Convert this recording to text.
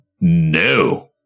No